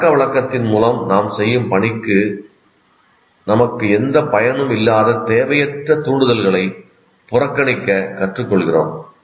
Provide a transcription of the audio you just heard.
பழக்கவழக்கத்தின் மூலம் நாம் செய்யும் பணிக்கு நமக்கு எந்த பயனும் இல்லாத தேவையற்ற தூண்டுதல்களை புறக்கணிக்க கற்றுக்கொள்கிறோம்